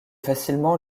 facilement